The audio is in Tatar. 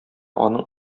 аның